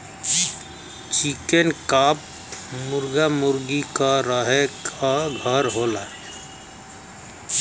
चिकन coop मुरगा मुरगी क रहे क घर होला